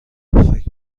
فکر